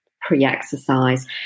pre-exercise